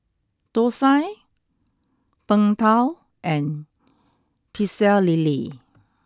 Thosai Png Tao and Pecel Lele